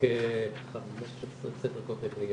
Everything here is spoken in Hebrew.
כ-15 סדר גודל לילדים.